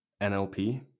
NLP